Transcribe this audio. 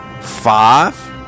five